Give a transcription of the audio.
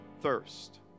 thirst